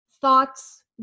thoughts